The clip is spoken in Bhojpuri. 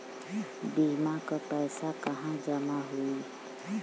बीमा क पैसा कहाँ जमा होई?